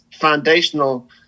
foundational